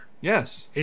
yes